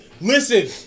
listen